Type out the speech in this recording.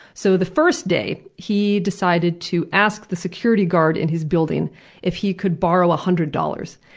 so the first day, he decided to ask the security guard in his building if he could borrow a hundred dollars.